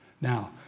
Now